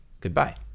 goodbye